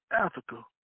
Africa